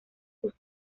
sus